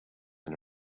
and